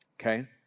Okay